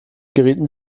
gerieten